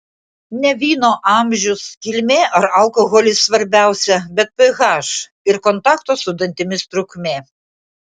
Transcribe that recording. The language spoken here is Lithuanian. ne vyno amžius kilmė ar alkoholis svarbiausia bet ph ir kontakto su dantimis trukmė